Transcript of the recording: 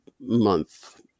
month